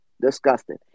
Disgusting